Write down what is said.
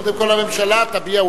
קודם כול הממשלה תביע,